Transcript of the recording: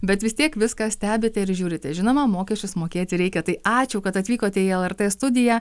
bet vis tiek viską stebite ir žiūrite žinoma mokesčius mokėti reikia tai ačiū kad atvykote į lrt studiją